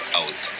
out